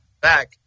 back